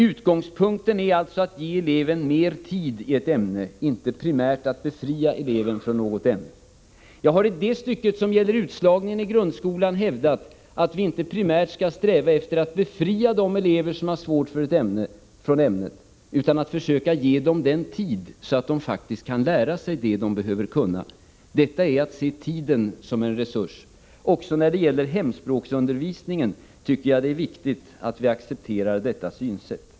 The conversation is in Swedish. "” Utgångspunkten är alltså att ge eleven mer tid i ett ämne, inte primärt att befria eleven från något ämne. Jag har i det stycke som gäller utslagningen i grundskolan hävdat att vi inte primärt skall sträva efter att från ämnet befria de elever som har svårt för ett ämne, utan försöka ge dem den tid som krävs för att lära sig det som de behöver kunna. Detta innebär att man ser tiden som en resurs. Även när det gäller hemspråksundervisningen tycker jag att det är viktigt att vi accepterar detta synsätt.